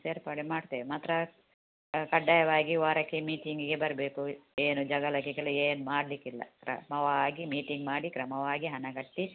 ಸೇರ್ಪಡೆ ಮಾಡ್ತೇವೆ ಮಾತ್ರ ಕಡ್ಡಾಯವಾಗಿ ವಾರಕ್ಕೆ ಮೀಟಿಂಗಿಗೆ ಬರಬೇಕು ಏನು ಜಗಳ ಗಿಗಳ ಏನು ಮಾಡಲಿಕ್ಕಿಲ್ಲ ಕ್ರಮವಾಗಿ ಮೀಟಿಂಗ್ ಮಾಡಿ ಕ್ರಮವಾಗಿ ಹಣ ಕಟ್ಟಿ